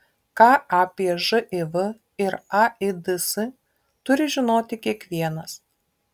ką apie živ ir aids turi žinoti kiekvienas